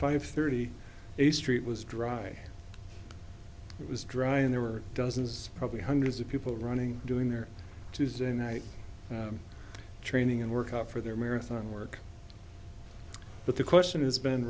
five thirty a street was dry it was dry and there were dozens probably hundreds of people running doing their tuesday night training and work up for their marathon work but the question has been